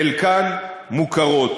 חלקן מוכרות.